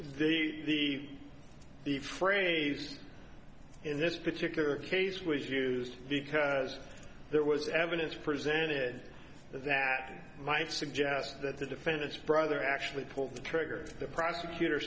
if the the phrase in this particular case was used because there was evidence presented that might suggest that the defendant's brother actually pulled the trigger the prosecutor